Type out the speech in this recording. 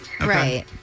Right